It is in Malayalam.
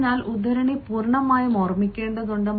അതിനാൽ ഉദ്ധരണി പൂർണ്ണമായി ഓർമ്മിക്കേണ്ടതുണ്ട്